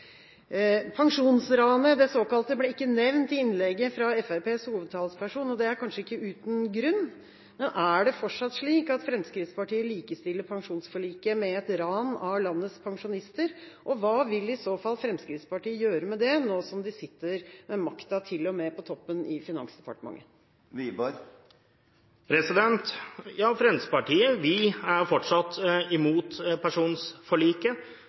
Det såkalte pensjonsranet ble ikke nevnt i innlegget fra Fremskrittspartiets hovedtalsperson, og det er kanskje ikke uten grunn. Er det fortsatt slik at Fremskrittspartiet likestiller pensjonsforliket med et ran av landets pensjonister, og hva vil i så fall Fremskrittspartiet gjøre med det nå som de sitter med makta, til og med på toppen, i Finansdepartementet? Vi i Fremskrittspartiet er fortsatt imot